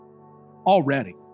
already